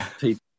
people